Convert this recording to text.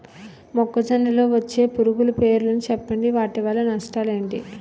మొక్కజొన్న లో వచ్చే పురుగుల పేర్లను చెప్పండి? వాటి వల్ల నష్టాలు ఎంటి?